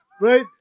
right